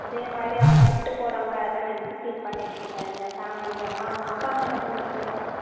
அதே மாதிரி அவங்க விட்டு போகிறாங்க அதெலாம் நினச்சி ஃபீல் பண்ணிட்டு இருக்காதிங்க ஃபேமிலி அப்பா அம்மா அப்பா அம்மா என்ன பண்ணுறாங்க